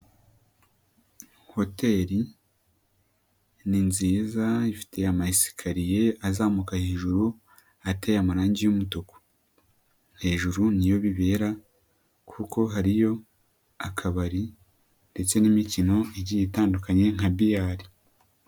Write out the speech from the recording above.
Hoteli ni nziza ifite ama esikariye azamuka hejuru ahateye amarangi y'umutuku, hejuru niyo bibera kuko hariyo akabari ndetse n'imikino igiye itandukanye nka biyari.